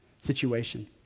situation